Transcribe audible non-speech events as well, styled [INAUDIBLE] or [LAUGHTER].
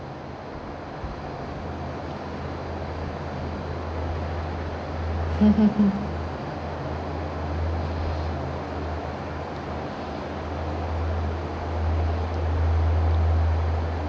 [LAUGHS]